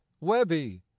webby